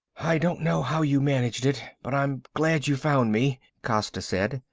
i don't know how you managed it, but i'm glad you found me, costa said.